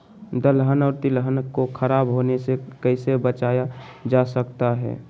दलहन और तिलहन को खराब होने से कैसे बचाया जा सकता है?